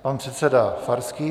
Pan předseda Farský.